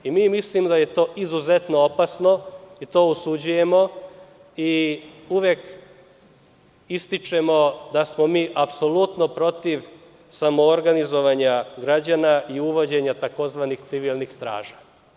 Mi mislimo da je to izuzetno opasno i to osuđujemo i uvek ističemo da smo mi apsolutno protiv samoorganizaovanja građana i uvođenja tzv. civilnih straža.